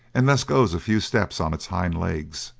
and thus goes a few steps on its hind legs,